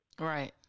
Right